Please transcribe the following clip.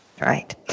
Right